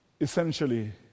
essentially